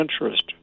interest